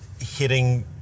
hitting